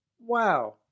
Wow